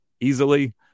easily